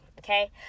Okay